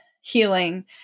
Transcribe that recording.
healing